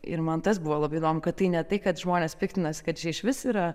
ir man tas buvo labai įdomu kad tai ne tai kad žmonės piktinasi kad čia išvis yra